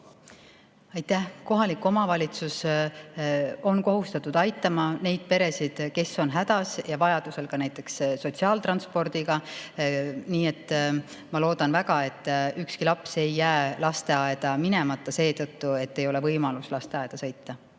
Aitäh! Kohalik omavalitsus on kohustatud aitama neid peresid, kes on hädas, vajadusel ka näiteks sotsiaaltranspordiga. Nii et ma loodan väga, et ühelgi lapsel ei jää lasteaeda minemata seetõttu, et ei ole võimalik lasteaeda sõita.